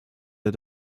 der